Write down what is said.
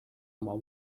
oma